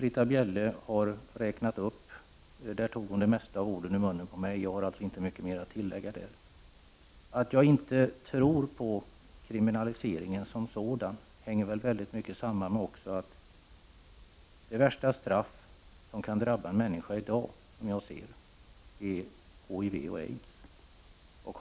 Britta Bjelle räknade upp ett antal förslag till åtgärder och tog därmed ordet ur mun på mig. Jag har alltså inte mycket att tillägga. Att jag inte tror att en kriminalisering av prostitutionskontakter får någon effekt beror på att HIV och aids, de värsta straff som kan drabba en människa, inte har lyckats stoppa prostitutionen.